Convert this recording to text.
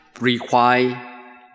require